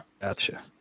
gotcha